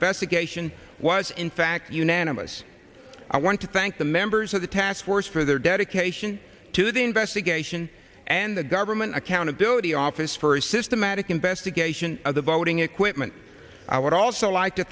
investigation was in fact unanimous i want to thank the members of the task force for their dedication to the investigation and the government accountability office for a systematic investigation of the voting equipment i would also like to